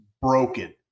broken